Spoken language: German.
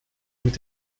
mit